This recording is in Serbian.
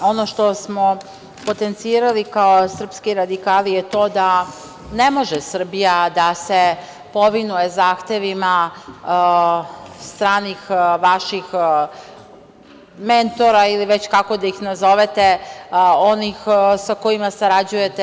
Ono što smo potencirali kao srpski radikali je to da ne može Srbija da se povinuje zahtevima stranih vaših mentora ili već kako da ih nazovete, onih sa kojima sarađujete.